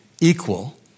equal